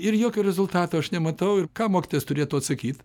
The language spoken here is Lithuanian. ir jokio rezultato aš nematau ir ką mokytojas turėtų atsakyt